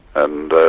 and